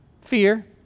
Fear